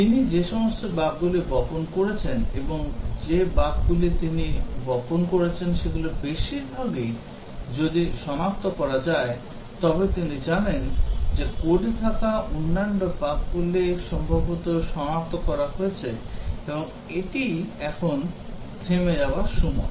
তিনি যে সমস্ত বাগগুলি বপন করেছেন এবং যে বাগগুলি তিনি বপন করেছেন সেগুলির বেশিরভাগ যদি সনাক্ত করা যায় তবে তিনি জানেন যে কোডে থাকা অন্যান্য বাগগুলি সম্ভবত সমস্ত সনাক্ত করা হয়েছে এবং এটিই এখন থেমে যাওয়ার সময়